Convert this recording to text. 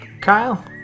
Kyle